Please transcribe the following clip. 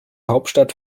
hauptstadt